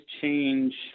change